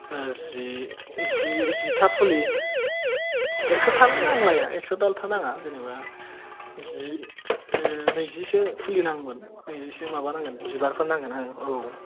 जि जिथा फुलि एक्स' दाल नांलाया एकस' दालथा नाङा जेनेबा जि नैजिसो फुलि नांगोन नैजिसो माबा नांगोन बिबारफोर नांगोन आरो औ